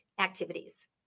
activities